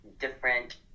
different